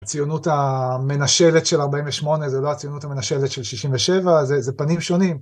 הציונות המנשלת של 48' זה לא הציונות המנשלת של 67', זה פנים שונים.